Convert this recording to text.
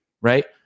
right